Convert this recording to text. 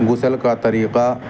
غسل کا طریقہ